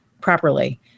properly